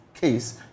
case